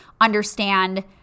understand